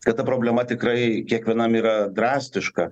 kad ta problema tikrai kiekvienam yra drastiška